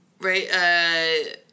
Right